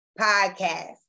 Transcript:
Podcast